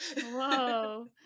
Whoa